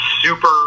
super